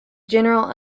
general